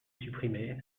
supprimez